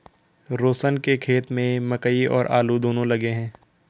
रोशन के खेत में मकई और आलू दोनो लगे हैं